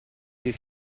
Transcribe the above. you